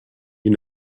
you